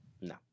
No